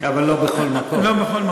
אבל לא בכל מקום.